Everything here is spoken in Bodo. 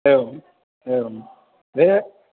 औ औ दोद